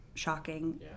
Shocking